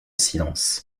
silence